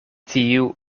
tiu